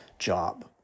job